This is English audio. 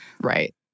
Right